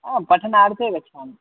ओ पठनार्थे गच्छामि